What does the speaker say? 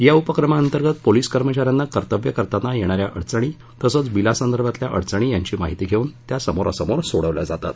या उपक्रमाअंतर्गत पोलीस कर्मचाऱ्यांना कर्तव्य करतांना येणाऱ्या अडचणी तसेच बिलासंदर्भातल्या अडचणी यांची माहीती घेऊन त्या समोरासमोर सोडवल्या जातात